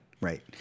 Right